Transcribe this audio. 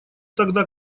тогда